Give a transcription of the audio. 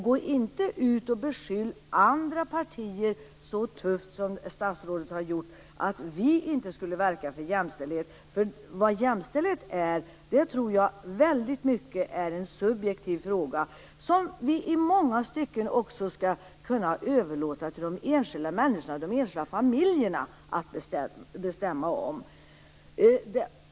Gå inte ut och beskyll andra partier, så tufft som statsrådet har gjort, för att vi inte skulle verka för jämställdhet! Jämställdhet tror jag i hög grad är en subjektiv fråga, som man i många stycken skall överlåta till de enskilda människorna, de enskilda familjerna, att bestämma om.